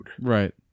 right